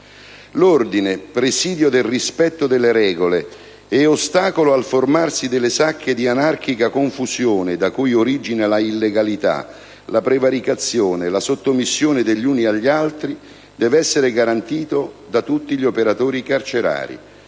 L'ordine, presidio del rispetto delle regole e ostacolo al formarsi delle sacche di anarchica confusione da cui originano la illegalità, la prevaricazione, la sottomissione degli uni agli altri, deve essere garantito da tutti gli operatori carcerari,